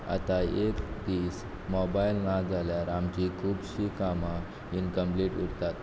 आतां एक दीस मोबायल नाजाल्यार आमची खुबशीं कामां इनकंम्प्लीट उरतात